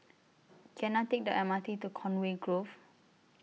Can I Take The M R T to Conway Grove